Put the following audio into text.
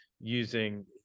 using